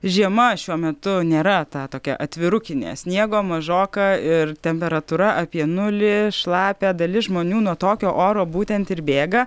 žiema šiuo metu nėra ta tokia atvirukinė sniego mažoka ir temperatūra apie nulį šlapia dalis žmonių nuo tokio oro būtent ir bėga